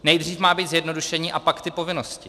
Nejdřív má být zjednodušení, a pak ty povinnosti.